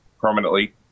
permanently